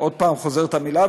עוד פעם חוזרת המילה,